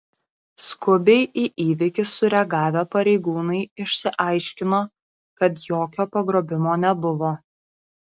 skubiai į įvykį sureagavę pareigūnai išsiaiškino kad jokio pagrobimo nebuvo